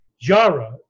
Jara